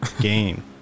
game